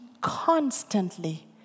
constantly